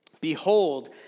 behold